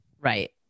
right